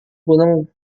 gunung